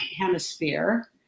hemisphere